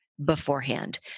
Beforehand